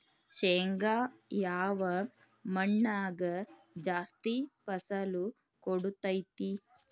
ಶೇಂಗಾ ಯಾವ ಮಣ್ಣಾಗ ಜಾಸ್ತಿ ಫಸಲು ಕೊಡುತೈತಿ?